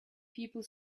people